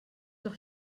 doch